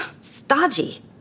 Stodgy